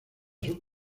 sus